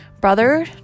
Brother